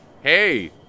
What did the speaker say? Hey